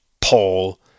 Paul